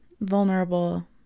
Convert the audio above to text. vulnerable